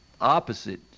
opposite